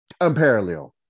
unparalleled